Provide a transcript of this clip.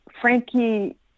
Frankie